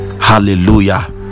hallelujah